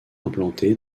implantée